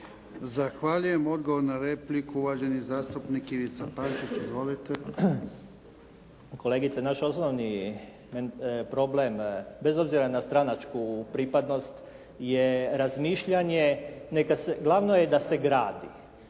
Zahvaljujem. Odgovor na repliku uvaženi zastupnik Ivica Pančić. Izvolite. **Pančić, Ivica (SDP)** Kolegice naš osnovni problem bez obzira na stranačku pripadnost je razmišljanje neka, glavno je da se gradi.